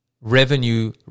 revenue